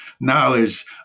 knowledge